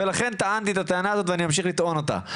לכן טענתי את הטענה הזאת ואני אמשיך לטעון אותה.